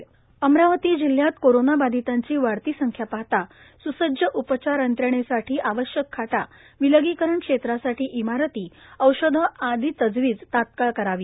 जिल्हाधिकारी अमरावती जिल्ह्यात कोरोनाबाधितांची वाढती संख्या पाहता सुसज्ज उपचार यंत्रणेसाठी आवश्यक खाटा विलगीकरण क्षेत्रासाठी इमारती औषधे आपी तजवीज तत्काळ करावी